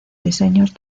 diseños